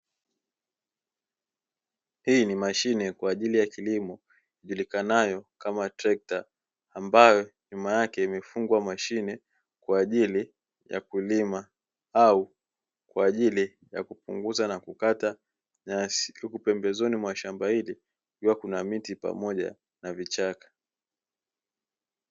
Hii ni mashine kwa ajili ya kilimo ijulikanayo kama trekta, ambayo nyuma yake imefungwa mashine kwa ajili ya kulima au kwa ajili ya kupunguza na kukata nyasi huku pembezoni mwa shamba hili kukiwa kuna miti pamoja na vichaka.